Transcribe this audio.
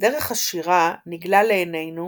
דרך השירה נגלה לעינינו